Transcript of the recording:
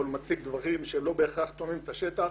אבל הוא מציג דברים שלא בהכרח מתרחשים בשטח.